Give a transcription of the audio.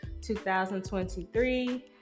2023